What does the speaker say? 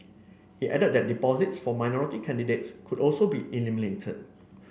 he added that deposits for minority candidates could also be eliminated